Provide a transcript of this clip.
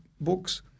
books